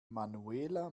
manuela